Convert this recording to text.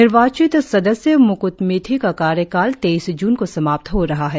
निर्वाचित सदस्य मुकुत मिथी का कार्यकाल तेईस जून को समाप्त हो रहा है